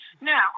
Now